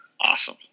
Awesome